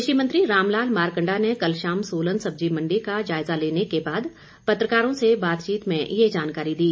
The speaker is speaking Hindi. कृषि मंत्री रामलाल मारकंडा ने कल शाम सोलन सब्जी मंडी का जायजा लेने के बाद पत्रकारों से बातचीत में ये जानकारी दी